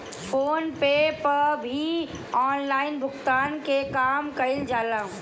phone पे पअ भी online भुगतान के काम कईल जाला